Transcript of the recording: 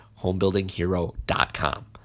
homebuildinghero.com